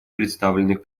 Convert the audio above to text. представленных